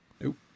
Nope